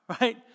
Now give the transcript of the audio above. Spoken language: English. right